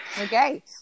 Okay